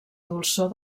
dolçor